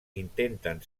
intenten